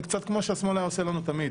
זה קצת שהשמאל היה עושה לנו תמיד,